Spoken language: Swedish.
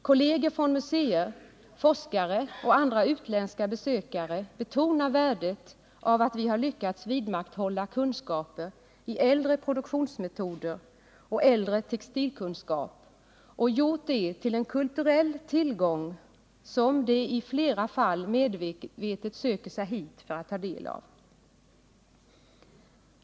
Kolleger från museer, forskare och andra utländska besökare betonar värdet av att vi har lyckats vidmakthålla kunskaper i äldre produktionsmetoder och äldre textilkunskap och gjort det till en kulturell tillgång, som de i flera fall medvetet söker sig hit för att ta del av.